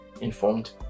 informed